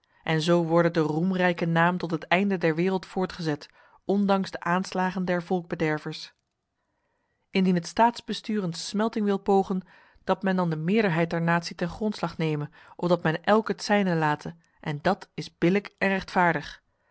en zo worde de roemrijke naam tot het einde der wereld voortgezet ondanks de aanslagen der volkbedervers indien het staatsbestuur een smelting wil pogen dat men dan de meerderheid der natie ten grondslag neme of dat men elk het zijne late en dat is billijk en rechtvaardig